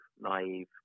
naive